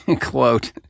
quote